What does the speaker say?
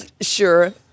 sure